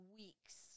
weeks